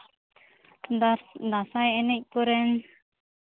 ᱫᱟᱸᱥᱟᱭ ᱮᱱᱮᱡ ᱠᱚᱨᱮᱱ